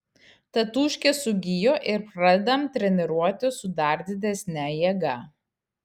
tatūškė sugijo ir pradedam treniruotis su dar didesne jėga